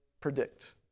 predict